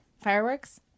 Fireworks